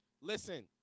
Listen